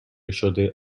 شده